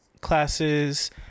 classes